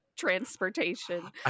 transportation